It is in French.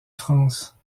france